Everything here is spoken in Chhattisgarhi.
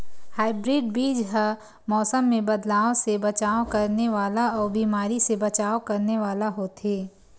हाइब्रिड बीज हा मौसम मे बदलाव से बचाव करने वाला अउ बीमारी से बचाव करने वाला होथे